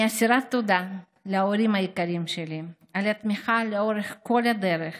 אני אסירת תודה להורים היקרים שלי על התמיכה לאורך כל הדרך